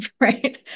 right